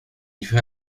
livré